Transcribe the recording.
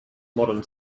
modern